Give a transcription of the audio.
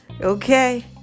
Okay